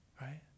right